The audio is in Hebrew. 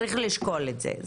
צריך לשקול את זה.